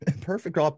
Perfect